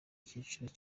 icyiciro